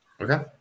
Okay